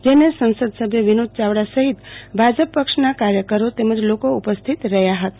જેને સંસદ સભ્ય વિનોદ ચાવડા સહિત ભાજપ પક્ષના કાર્યકરો તેમજ લોકો ઉપસ્થિત રહ્યા હતા